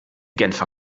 genfer